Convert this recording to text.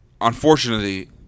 unfortunately-